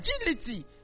agility